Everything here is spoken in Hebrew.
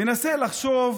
מנסה לחשוב